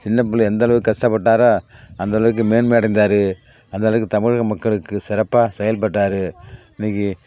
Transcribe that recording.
சின்ன பிள்ளைல எந்தளவுக்கு கஷ்டப்பட்டாரோ அந்தளவுக்கு மேன்மை அடைந்தார் அந்தளவுக்கு தமிழக மக்களுக்கு சிறப்பாக செயல்பட்டார் இன்னைக்கி